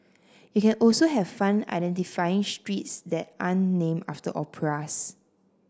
you can also have fun identifying streets that aren't name after operas